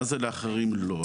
מה זה לאחרים לא?